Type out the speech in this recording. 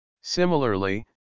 Similarly